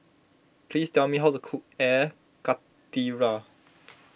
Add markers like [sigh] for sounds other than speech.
please tell me how to cook Air Karthira [noise]